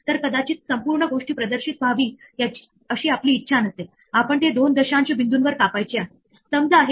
तर पुढे काय होईल की जर जी ने हे हाताळले नाही तर हे जिथे जाईल ते म्हणजे एफ मध्ये जिथून जी ला कॉल केले होते आणि त्याप्रमाणेच जर आता एफ ने हे हाताळले नाही